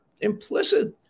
implicit